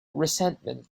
resentment